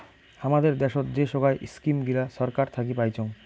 হামাদের দ্যাশোত যে সোগায় ইস্কিম গিলা ছরকার থাকি পাইচুঙ